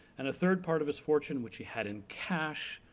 and a third part of his fortune which he had in cash,